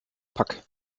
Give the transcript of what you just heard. pack